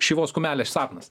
šyvos kumelės sapnas